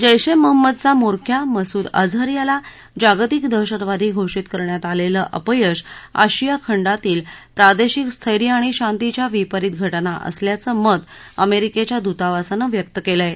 जैश ए महम्मदचा म्होरक्या मसूद अजहर याला जागतिक दहशतवादी घोषित करण्यात आलेले आपयश आशिया खंडातील प्रादेशिक स्थैर्य आणि शांतीच्या विपरित घाजा असल्याचं मत अमेरिकेच्या दूतावासानं व्यक्त केलंय